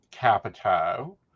capito